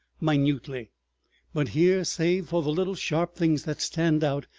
minutely. but here, save for the little sharp things that stand out,